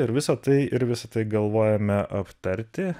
ir visa tai ir visa tai galvojame aptarti